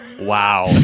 Wow